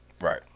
Right